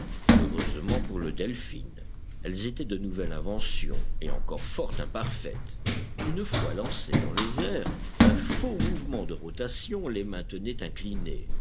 heureusement pour le delphin elles étaient de nouvelle invention et encore fort imparfaites une fois lancées dans les airs un faux mouvement de rotation les maintenait inclinées